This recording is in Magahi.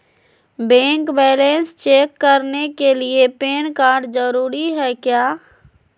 बैंक बैलेंस चेक करने के लिए पैन कार्ड जरूरी है क्या?